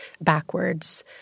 backwards